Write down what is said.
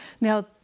Now